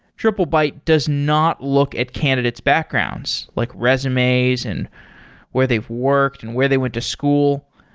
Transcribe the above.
triplebyte does not look at candidate's backgrounds, like resumes and where they've worked and where they went to school.